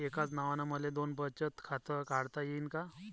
एकाच नावानं मले दोन बचत खातं काढता येईन का?